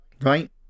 Right